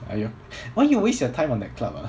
!aiyo! why you waste your time on that club ah